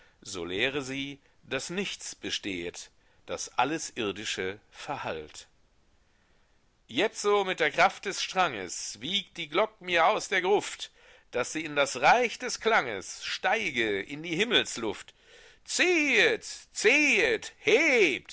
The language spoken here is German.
so lehre sie daß nichts bestehet daß alles irdische verhallt jetzo mit der kraft des stranges wiegt die glock mir aus der gruft daß sie in das reich des klanges steige in die himmelsluft ziehet ziehet hebt